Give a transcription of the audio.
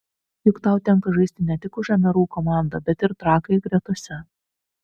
juk tau tenka žaisti ne tik už mru komandą bet ir trakai gretose